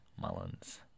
Mullins